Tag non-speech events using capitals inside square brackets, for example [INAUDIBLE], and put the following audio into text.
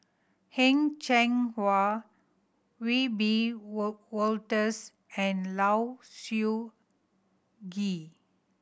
Heng Cheng Hwa Wiebe [UNINTELLIGIBLE] Wolters and Low Siew Nghee